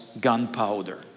gunpowder